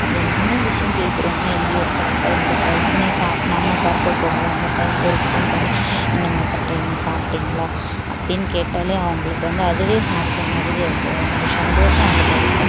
என்ன விஷயம் கேக்கிறோமோ இல்லையோ கரெக்டாக இந்த டைம் நீ நம்ம சாப்பிட போகிறோம்ல அந்த டைமுக்கு ஒரு ஃபோன் பண்ணி என்னம்மா பண்ணுறீங்க சாப்டீங்களா அப்படின்னு கேட்டால் அவங்களுக்கு வந்து அதுவே சாப்பிட்ட மாதிரி ஒரு ஒரு சந்தோஷம் அதில் இருக்கும்